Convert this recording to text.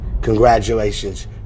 congratulations